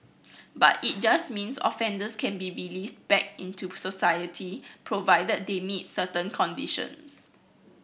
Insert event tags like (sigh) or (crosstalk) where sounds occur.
but it just means offenders can be released back into (unintelligible) society provided they meet certain conditions